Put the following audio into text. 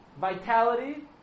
vitality